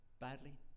badly